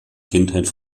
kindheit